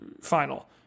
final